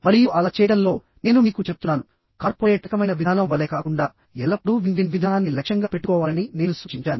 మరియు అలా చేయడంలో నేను మీకు చెప్తున్నాను కార్పొరేట్ రకమైన విధానం వలె కాకుండా ఎల్లప్పుడూ విన్ విన్ విధానాన్ని లక్ష్యంగా పెట్టుకోవాలని నేను సూచించాను